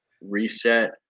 reset